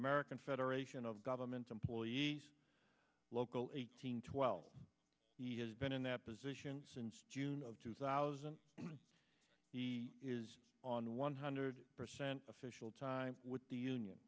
american federation of government employees local eight hundred twelve has been in that position since june of two thousand is on one hundred percent official time with the union